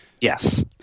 Yes